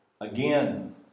again